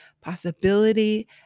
possibility